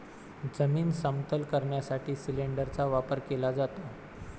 जमीन समतल करण्यासाठी सिलिंडरचा वापर केला जातो